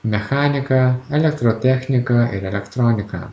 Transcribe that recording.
mechanika elektrotechnika ir elektronika